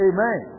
Amen